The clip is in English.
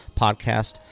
podcast